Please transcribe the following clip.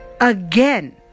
again